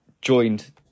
joined